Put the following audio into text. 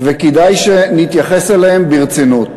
וכדאי שנתייחס אליהם ברצינות.